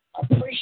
Appreciate